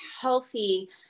healthy